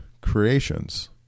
creations